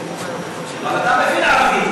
דבר בעברית.